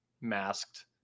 masked